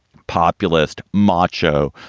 populist, macho,